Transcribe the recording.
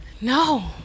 No